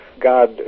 God